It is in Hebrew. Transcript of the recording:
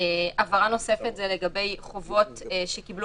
הבהרה נוספת היא לגבי חובות שקיבלו